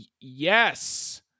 Yes